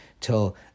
till